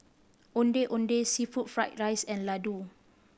Ondeh Ondeh seafood fried rice and laddu